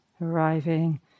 Arriving